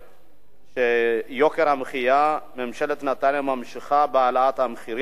יוקר המחיה, ממשלת נתניהו ממשיכה בהעלאת המחירים.